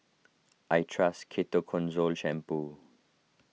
I trust Ketoconazole Shampoo